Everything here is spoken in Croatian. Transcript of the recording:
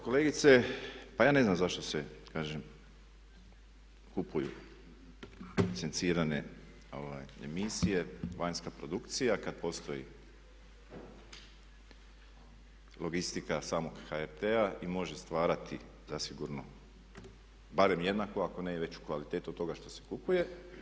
Kolegice pa ja ne znam zašto se kažem kupuju sencirane emisije, vanjska produkcija kad postoji logistika samog HRT-a i može stvarati zasigurno barem jednako ako ne i veću kvalitetu od toga što se kupuje.